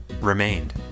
remained